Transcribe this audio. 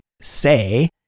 say